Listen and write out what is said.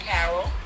Carol